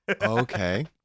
Okay